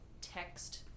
text